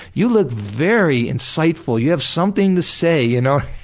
you look very insightful, you have something to say, you know